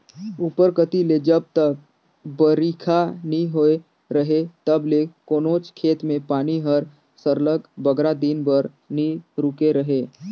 उपर कती ले जब तक बरिखा नी होए रहें तब ले कोनोच खेत में पानी हर सरलग बगरा दिन बर नी रूके रहे